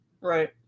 Right